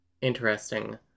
interesting